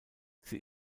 sie